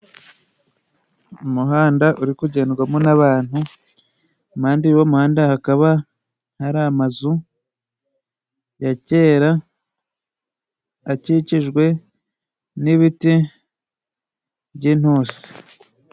Umuhanda uri kugendwa mo n'abantu, impande y'uwo muhanda hakaba hari amazu ya kera, akikijwe nibiti by'intusi.